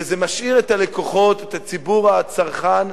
וזה משאיר את הלקוחות, את הציבור הצרכן,